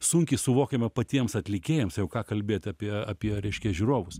sunkiai suvokiama patiems atlikėjams jau ką kalbėt apie apie reiškia žiūrovus